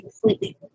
completely